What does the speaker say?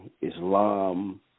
Islam